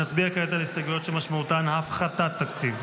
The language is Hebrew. נצביע כעת על ההסתייגויות שמשמעותן הפחתת תקציב.